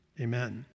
Amen